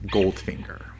Goldfinger